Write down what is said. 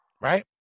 right